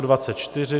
24.